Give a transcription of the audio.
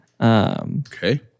Okay